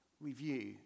review